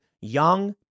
young